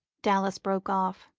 dallas broke off,